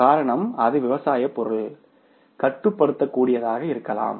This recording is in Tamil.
காரணம் அது விவசாயப் பொருள் கட்டுப்படுத்தக்கூடியதாக இருக்கலாம்